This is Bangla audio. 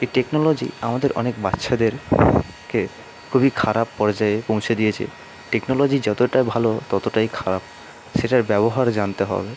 এই টেকনোলজি আমাদের অনেক বাচ্ছাদেরকে খুবই খারাপ পর্যায়ে পৌঁছে দিয়েছে টেকনোলজি যতোটা ভালো ততোটাই খারাপ সেটার ব্যবহার জানতে হবে